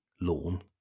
lawn